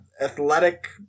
athletic